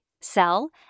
sell